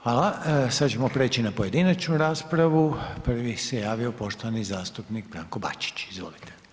Hvala lijepa [[Upadica Demetlika: Hvala vam.]] Sad ćemo prijeći na pojedinačnu raspravu, prvi se javio poštovani zastupnik Branko Bačić, izvolite.